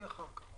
אני אחר כך.